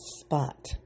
spot